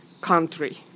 country